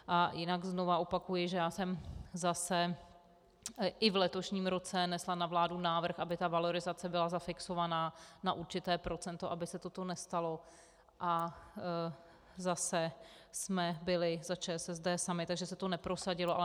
A jinak znovu opakuji, že já jsem zase i v letošním roce nesla na vládu návrh, aby valorizace byla zafixovaná na určité procento, aby se toto nestalo, a zase jsme byli za ČSSD sami, takže se to neprosadilo.